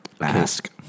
Ask